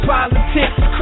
Politics